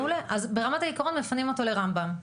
מעולה, אז ברמת העיקרון מפנים אותו לרמב"ם.